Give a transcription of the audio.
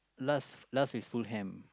last last is Fulham